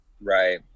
Right